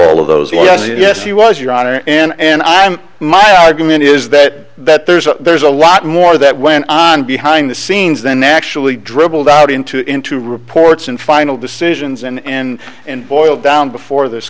all of those was yes he was your honor and i'm my argument is that that there's a there's a lot more that went on behind the scenes than actually dribbled out into into reports and final decisions in and boiled down before this